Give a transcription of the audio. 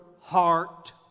heart